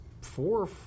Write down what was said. four